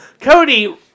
Cody